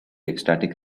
ecstatic